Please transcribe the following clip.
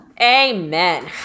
Amen